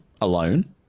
alone